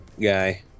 guy